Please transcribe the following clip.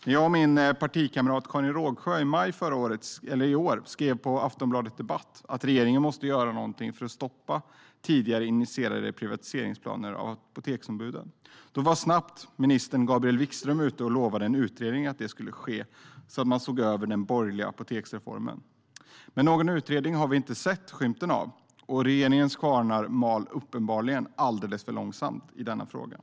När jag och min partikamrat Karin Rågsjö i maj i år skrev på Aftonbladet Debatt att regeringen måste göra någonting för att stoppa tidigare initierade planer på privatisering av apoteksombuden var minister Gabriel Wikström snabbt ute och lovade en utredning som skulle se över den borgerliga apoteksreformen. Men någon utredning har vi inte sett skymten av. Regeringens kvarnar mal uppenbarligen alldeles för långsamt i denna fråga.